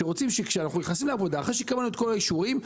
שהם רוצים שכשאנחנו נכנסים לעבודה אחרי שקיבלנו את כל האישורים,